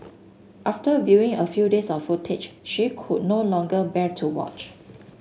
after viewing a few days of footage she could no longer bear to watch